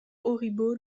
auribeau